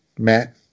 Matt